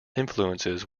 influences